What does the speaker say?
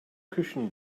cushion